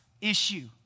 issue